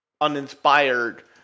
uninspired